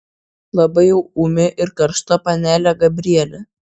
labai jau ūmi ir karšta panelė gabrielė